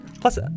Plus